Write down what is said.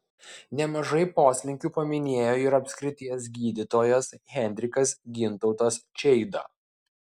nemažai poslinkių paminėjo ir apskrities gydytojas henrikas gintautas čeida